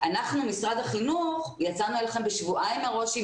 אנחנו משרד החינוך יצאנו אליכם שבועיים מראש עם